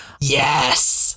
Yes